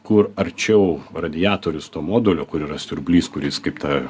kur arčiau radiatorius to modulio kur yra siurblys kuris kaip ta